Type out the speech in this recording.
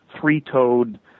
three-toed